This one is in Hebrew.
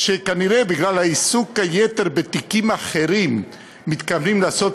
שכנראה בגלל עיסוק היתר בתיקים אחרים מתכוונים לעשות